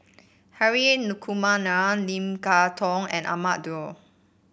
Hri Kumar Nair Lim Kay Tong and Ahmad Daud